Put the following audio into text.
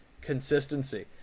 consistency